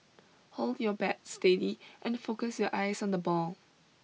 hold your bat steady and focus your eyes on the ball